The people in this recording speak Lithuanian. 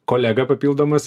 kolega papildomas